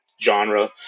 genre